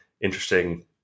interesting